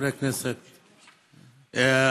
חברי הכנסת,